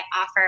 offer